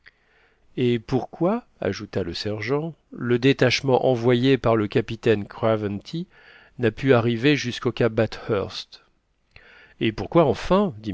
et pourquoi ajouta le sergent le détachement envoyé par le capitaine craventy n'a pu arriver jusqu'au cap bathurst et pourquoi enfin